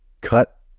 cut